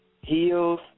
heels